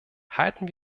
halten